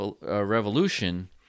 revolution